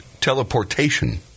teleportation